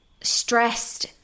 stressed